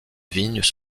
vignes